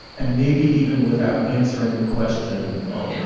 and maybe even without answering the question oh